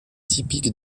typique